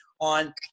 on